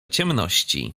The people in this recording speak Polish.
ciemności